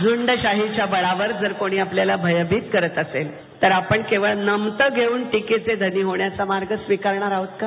झ्रंडशाहीच्या बळावर जर कोणी आपल्याला भयभीत करत असेल तर आपण केवळ नमतं घेऊन टीकेचा धनी होण्याचा मार्ग स्वीकारणार आहोत का